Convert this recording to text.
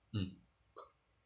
mm